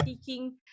speaking